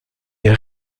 est